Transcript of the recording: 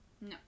No